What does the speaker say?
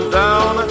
down